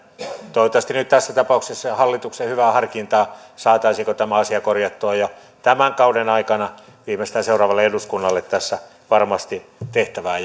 toivottavasti nyt tässä tapauksessa hallituksen hyvään harkintaan saataisiinko tämä asia korjattua jo tämän kauden aikana viimeistään seuraavalle eduskunnalle tässä varmasti tehtävää